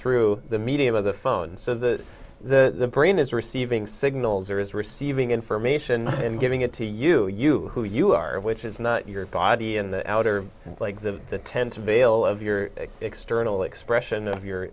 through the medium of the phone so the the brain is receiving signals or is receiving information and giving it to you you who you are which is not your body and the outer legs of the ten to bale of your external expression of your